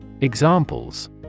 Examples